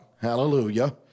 Hallelujah